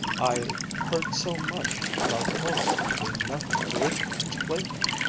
i heard so much about forestry being nothing but a rich man's plaything,